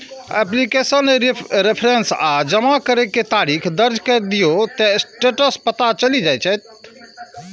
application reference आ जमा करै के तारीख दर्ज कैर दियौ, ते स्टेटस पता चलि जाएत